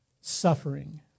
suffering